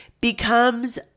becomes